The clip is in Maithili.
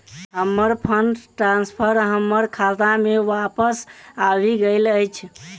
हमर फंड ट्रांसफर हमर खाता मे बापस आबि गइल अछि